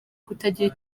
kutagira